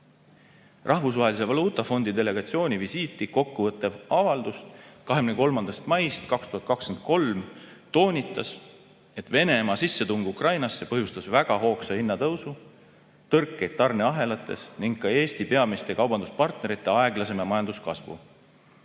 Rahvusvahelise Valuutafondi delegatsiooni visiiti kokku võttev avaldus 23. maist 2023 toonitas, et Venemaa sissetung Ukrainasse põhjustas väga hoogsa hinnatõusu, tõrkeid tarneahelates ning ka Eesti peamiste kaubanduspartnerite aeglasema majanduskasvu.